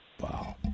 Wow